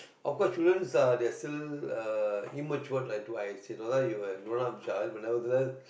of course childrens are they are still uh immature like to I say you are grown up child but nevertheless